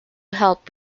help